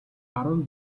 баруун